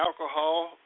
alcohol